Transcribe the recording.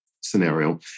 scenario